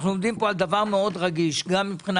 אנחנו עומדים פה על דבר מאוד רגיש גם בכלל